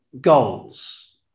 goals